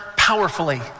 Powerfully